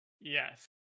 Yes